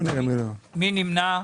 מי נמנע?